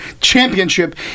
Championship